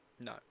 No